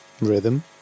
Rhythm